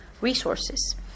resources